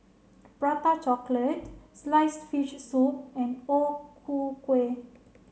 prata chocolate sliced fish soup and O Ku Kueh